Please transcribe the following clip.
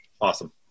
awesome